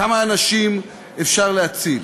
כמה אנשים אפשר להציל?